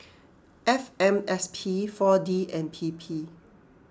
F M S P four D and P P